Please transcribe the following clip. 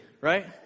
right